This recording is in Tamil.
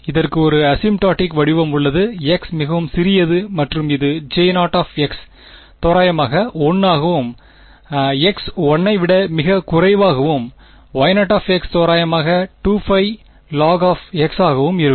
இதற்கு ஒரு அசிம்ட்டாடிக் வடிவம் உள்ளது x மிகவும் சிறியது மற்றும் இது J0 தோராயமாக 1 ஆகவும் x 1 ஐ விட மிகக் குறைவாகவும் Y 0 தோராயமாக 2π log ஆகவும் இருக்கும்